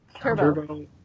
Turbo